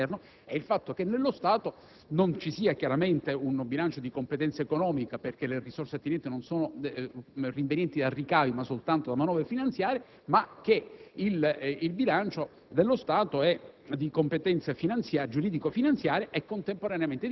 dell'assetto, della discussione e della formulazione del bilancio interno - è il fatto che nello Stato non ci sia chiaramente un bilancio di competenza economica, perché le risorse attinenti non sono rinvenienti da ricavi, ma solamente da manovre finanziarie. Auspichiamo infatti che il bilancio dello Stato